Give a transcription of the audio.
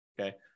okay